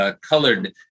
colored